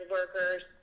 workers